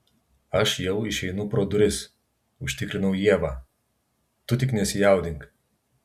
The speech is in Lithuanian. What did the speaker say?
aš jau išeinu pro duris užtikrinau ievą tu tik nesijaudink